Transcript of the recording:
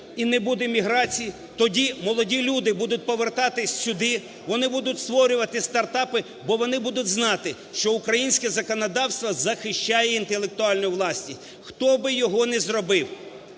і не буде міграції, тоді молоді люди будуть повертатися сюди, вони будуть створювати стартапи, бо вони будуть знати, що українське законодавство захищає інтелектуальну власність, хто би його не зробив.